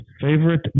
Favorite